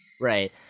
Right